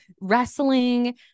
wrestling